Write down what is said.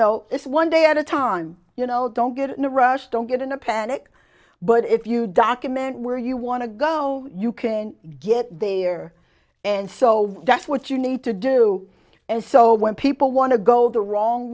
it's one day at a time you know don't get in a rush don't get in a panic but if you document where you want to go you can get there and so that's what you need to do and so when people want to go the wrong